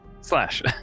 Slash